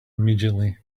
immediately